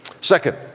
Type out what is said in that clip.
second